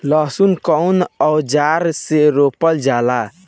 लहसुन कउन औजार से रोपल जाला?